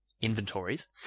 inventories